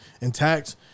intact